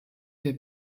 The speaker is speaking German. der